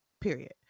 period